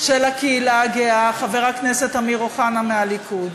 של הקהילה הגאה, חבר הכנסת אמיר אוחנה מהליכוד,